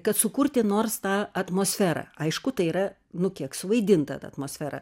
kad sukurti nors tą atmosferą aišku tai yra nu kiek suvaidinta ta atmosfera